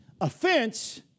Offense